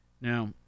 Now